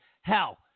hell